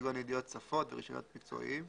כגון ידיעת שפות ורישיונות מקצועיים,